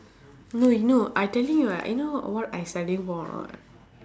no you know I telling you right you know what I studying for or not